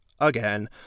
again